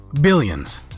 Billions